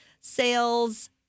Sales